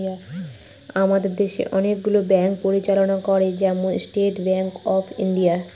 আমাদের দেশে অনেকগুলো ব্যাঙ্ক পরিচালনা করে, যেমন স্টেট ব্যাঙ্ক অফ ইন্ডিয়া